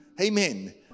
Amen